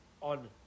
on